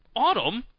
autumn,